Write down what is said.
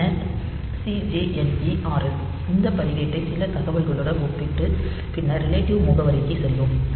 பின்னர் CJNE Rn இந்த பதிவேட்டை சில தகவல்களுடன் ஒப்பிட்டு பின்னர் ரிலேட்டிவ் முகவரிக்கு செல்லும்